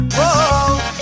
Whoa